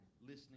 listening